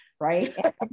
Right